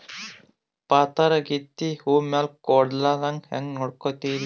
ಪಾತರಗಿತ್ತಿ ಹೂ ಮ್ಯಾಲ ಕೂಡಲಾರ್ದಂಗ ಹೇಂಗ ನೋಡಕೋತಿರಿ?